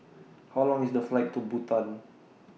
How Long IS The Flight to Bhutan